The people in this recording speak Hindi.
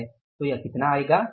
तो यह कितना आएगा